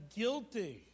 guilty